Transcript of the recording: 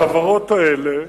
החברות האלה,